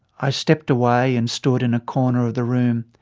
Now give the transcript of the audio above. i stepped away and stood in a corner of the room.